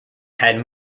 had